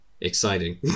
exciting